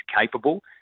capable